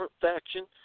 faction